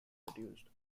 reduced